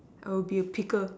I would be a pickle